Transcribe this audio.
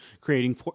creating